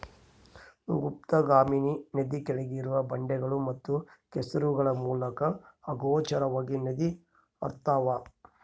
ಗುಪ್ತಗಾಮಿನಿ ನದಿ ಕೆಳಗಿರುವ ಬಂಡೆಗಳು ಮತ್ತು ಕೆಸರುಗಳ ಮೂಲಕ ಅಗೋಚರವಾಗಿ ನದಿ ಹರ್ತ್ಯಾವ